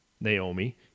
Naomi